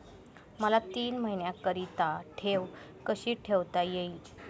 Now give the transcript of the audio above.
मला तीन महिन्याकरिता ठेव कशी ठेवता येईल?